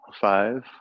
Five